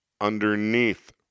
underneath